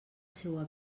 seua